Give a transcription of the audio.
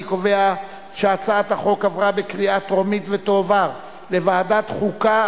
אני קובע שהצעת החוק עברה בקריאה טרומית ותועבר לוועדת החוקה,